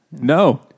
No